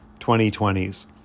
2020s